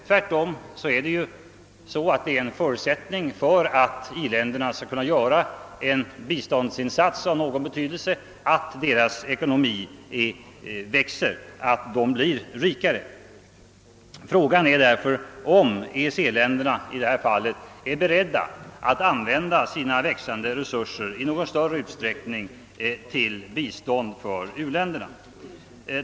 Tvärtom är en fortsatt ekonomisk tillväxt i i-länderna en förutsättning för att dessa länder skall kunna hjälpa de fattiga länderna. Är då EEC-länderna beredda att använda sina växande resurser för bistånd till u-länderna i någon större utsträckning?